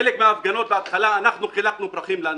בחלק מן ההפגנות בהתחלה אנחנו חילקנו פרחים לאנשים.